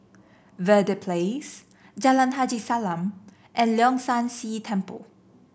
Verde Place Jalan Haji Salam and Leong San See Temple